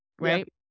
right